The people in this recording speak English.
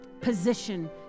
position